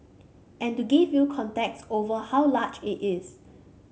and to give you context over how large it is